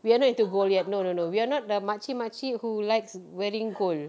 we're not into gold yet no no no we're not the makcik makcik who likes wearing gold